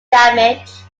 damage